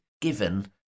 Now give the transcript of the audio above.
given